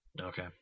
Okay